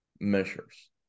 measures